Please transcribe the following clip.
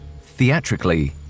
theatrically